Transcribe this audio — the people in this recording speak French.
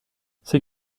ces